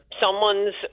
Someone's